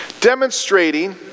Demonstrating